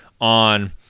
on